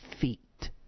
feet